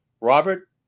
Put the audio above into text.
Robert